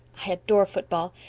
i adore football.